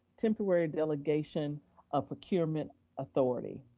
temporary delegation of procurement authority?